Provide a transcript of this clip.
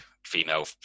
female